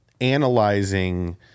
analyzing